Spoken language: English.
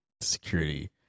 security